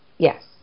Yes